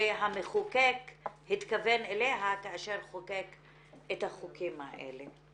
שהמחוקק התכוון אליה כאשר חוקק את החוקים האלה.